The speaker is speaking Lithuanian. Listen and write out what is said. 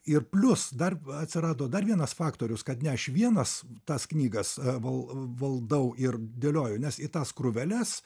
ir plius dar atsirado dar vienas faktorius kad ne aš vienas tas knygas a val valdau ir dėlioju nes į tas krūveles